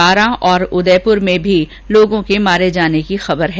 बारां तथा उदयपुर में भी लोगों के मारे जाने की खबर है